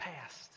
past